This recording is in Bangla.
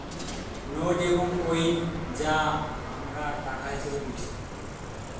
নোট এবং কইন যা আমরা টাকা হিসেবে বুঝি